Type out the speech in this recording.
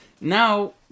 now